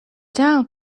down